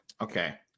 okay